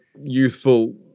youthful